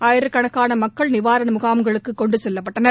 ஆயிரக்கணக்கான மக்கள் நிவாரண முகாம்களுக்கு கொண்டு செல்லப்பட்டனர்